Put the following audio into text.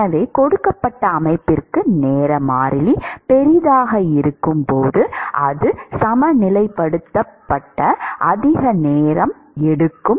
எனவே கொடுக்கப்பட்ட அமைப்பிற்கு நேர மாறிலி பெரியதாக இருக்கும்போது அது சமநிலைப்படுத்த அதிக நேரம் எடுக்கும்